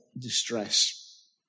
distress